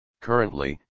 Currently